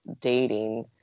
dating